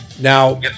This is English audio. Now